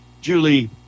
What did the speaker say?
Julie